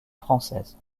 française